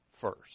first